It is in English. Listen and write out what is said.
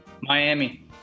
Miami